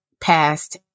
past